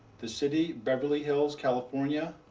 the city, beverly hills, california.